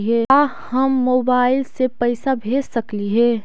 का हम मोबाईल से पैसा भेज सकली हे?